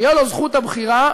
תהיה לו זכות הבחירה,